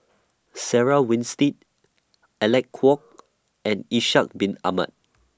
Sarah Winstedt Alec Kuok and Ishak Bin Ahmad